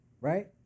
right